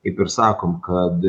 kaip ir sakom kad